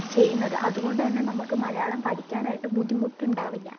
ചെയ്യുന്നത് അതുകൊണ്ടുതന്നെ നമുക്ക് മലയാളം പഠിക്കാനായിട്ട് ബുദ്ധിമുട്ടുണ്ടാവില്ല